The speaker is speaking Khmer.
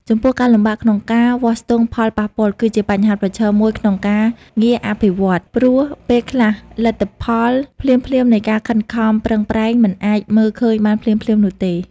ចំពោះការលំបាកក្នុងការវាស់ស្ទង់ផលប៉ះពាល់ គឺជាបញ្ហាប្រឈមមួយក្នុងការងារអភិវឌ្ឍន៍ ព្រោះ ពេលខ្លះលទ្ធផលភ្លាមៗនៃការខិតខំប្រឹងប្រែងមិនអាចមើលឃើញបានភ្លាមៗនោះទេ។